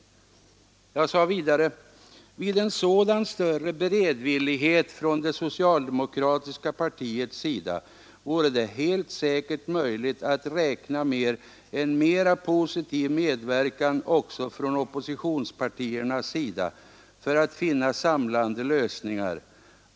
Vid en sådan större beredvillighet från det socialdemokratiska partiets sida vore det helt säkert möjligt att räkna med en mera positiv medverkan också från oppositionspartiernas sida för att finna samlande lösningar.